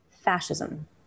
fascism